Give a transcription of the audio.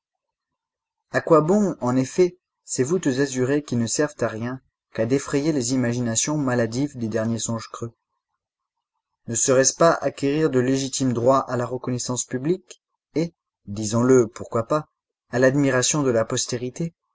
à quoi bon en effet ces voûtes azurées qui ne servent à rien qu'à défrayer les imaginations maladives des derniers songe-creux ne serait-ce pas acquérir de légitimes droits à la reconnaissance publique et disons-le pourquoi pas à l'admiration de la postérité